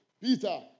Peter